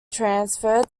transferred